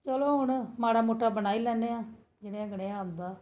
चलो हून माड़ा मुट्टा बनाई लैन्नेआं जनेहा कनेहा औंदा